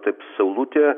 taip saulutė